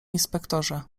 inspektorze